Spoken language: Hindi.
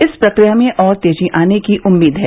इस प्रक्रिया में और तेजी आने की उम्मीद है